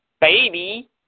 baby